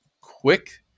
quick